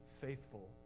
faithful